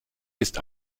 ist